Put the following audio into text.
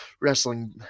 wrestling